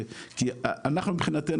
כי אנחנו מבחינתנו,